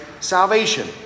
salvation